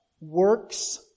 works